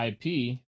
IP